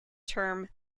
term